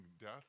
death